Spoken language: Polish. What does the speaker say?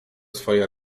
swoje